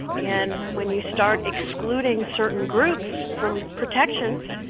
and when you start excluding certain groups from protections,